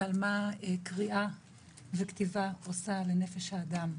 ועל מה קריאה וכתיבה עושים לנפש האדם.